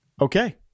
Okay